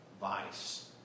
vice